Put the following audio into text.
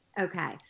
Okay